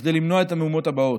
כדי למנוע את המהומות הבאות.